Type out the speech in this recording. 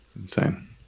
Insane